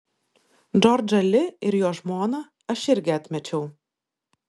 džordžą li ir jo žmoną aš irgi atmečiau